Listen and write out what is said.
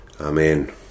Amen